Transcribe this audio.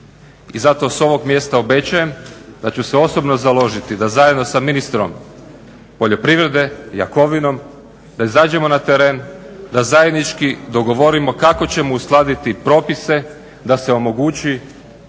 I zato s ovog mjesta obečajem da ću se osobno založiti da zajedno sa ministrom poljoprivrede Jakovinom, da izađemo na teren, da zajednički dogovorimo kako ćemo uskladiti propise da se omogući